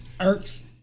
irks